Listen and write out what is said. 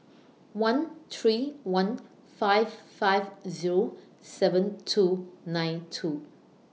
one three one five five Zero seven two nine two